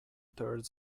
thirds